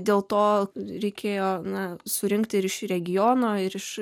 dėl to reikėjo na surinkti ir iš regiono ir iš